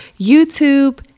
YouTube